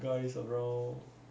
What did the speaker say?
guys around